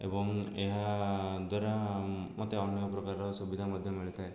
ଏବଂ ଏହାଦ୍ୱାରା ମୋତେ ଅନେକ ପ୍ରକାରର ସୁବିଧା ମଧ୍ୟ ମିଳିଥାଏ